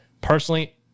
personally